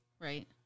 Right